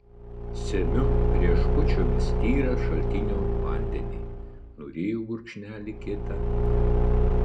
semiu rieškučiomis tyrą šaltinio vandenį nuryju gurkšnelį kitą